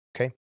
Okay